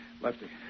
Lefty